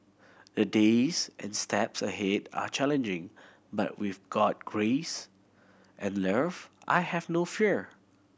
the days and steps ahead are challenging but with God grace and love I have no fear